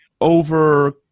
over